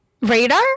Radar